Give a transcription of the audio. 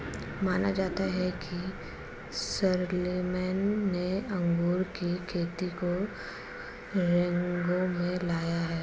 माना जाता है कि शारलेमेन ने अंगूर की खेती को रिंगौ में लाया था